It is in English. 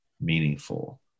meaningful